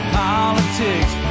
politics